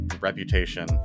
reputation